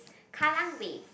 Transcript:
kallang Wave